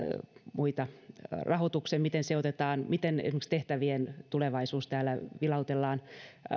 muita rahoitus miten se otetaan miten esimerkiksi tehtävien tulevaisuus täällä vilautellaan